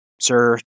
sir